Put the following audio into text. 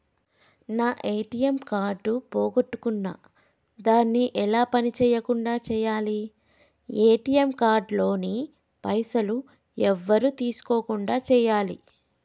నా ATM card పోగొట్టుకున్నా దాన్ని ఎలా పని చేయకుండా చేయాలి ఏ.టి.ఎమ్ కార్డు లోని పైసలు ఎవరు తీసుకోకుండా చేయాలి?